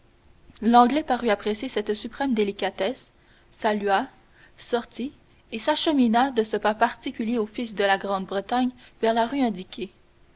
l'anglais parut apprécier cette suprême délicatesse salua sortit et s'achemina de ce pas particulier aux fils de la grande-bretagne vers la rue indiquée